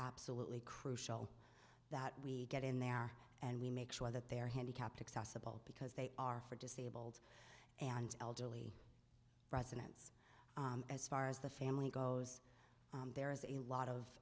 absolutely crucial that we get in there and we make sure that they are handicapped accessible because they are for disabled and elderly residents as far as the family goes there is a lot of